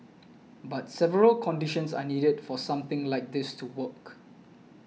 but several conditions are needed for something like this to work